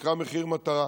שנקרא "מחיר מטרה",